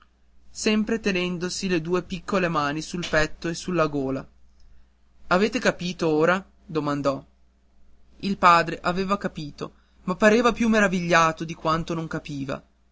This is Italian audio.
sempre tenendosi le due piccole mani sul petto e sulla gola avete capito ora domandò il padre aveva capito ma pareva più meravigliato di quando non capiva